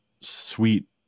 sweet